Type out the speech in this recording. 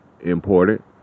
important